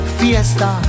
fiesta